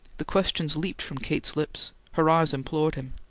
the questions leaped from kate's lips her eyes implored him.